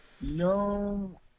No